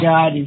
God